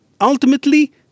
Ultimately